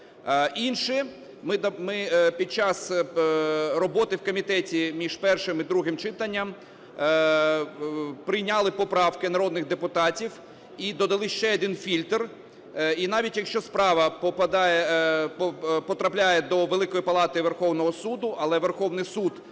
Інше. Ми під час роботи в комітеті між першим і другим читанням прийняли поправки народних депутатів і додали ще один фільтр. І навіть якщо справа потрапляє до Великої Палати Верховного Суду, але Верховний Суд